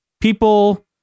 People